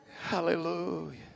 Hallelujah